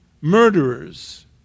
murderers